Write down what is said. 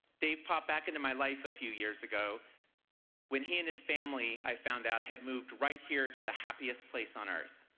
dave popped back into my life a few years ago when he and his family, i found out, had moved right here to the happiest place on earth.